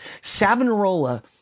Savonarola